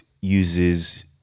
uses